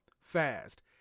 fast